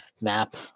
map